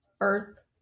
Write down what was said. Earth